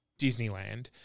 Disneyland